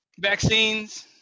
vaccines